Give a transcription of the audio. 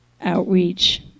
outreach